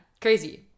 crazy